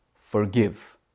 forgive